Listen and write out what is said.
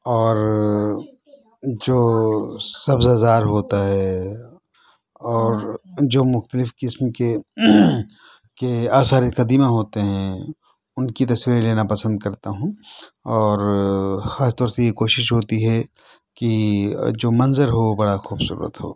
اور جو سبزہ زار ہوتا ہے اور جو مختلف قسم کے کے آثارِ قدیمہ ہوتے ہیں اُن کی تصویریں لینا پسند کرتا ہوں اور خاص طور سے یہ کوشش ہوتی ہے کہ جو منظر ہو وہ بڑا خوبصورت ہو